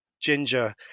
ginger